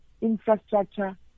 infrastructure